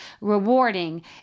rewarding